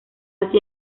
así